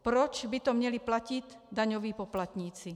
Proč by to měli platit daňoví poplatníci?